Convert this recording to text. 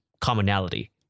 commonality